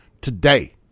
today